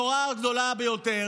הנורה הגדולה ביותר,